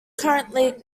currently